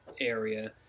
area